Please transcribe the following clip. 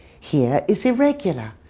hear is irregular,